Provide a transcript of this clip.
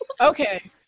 Okay